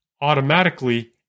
Automatically